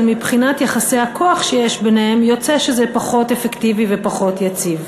אבל מבחינת יחסי הכוח שיש ביניהן יוצא שזה פחות אפקטיבי ופחות יציב.